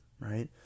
Right